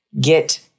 get